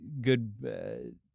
Good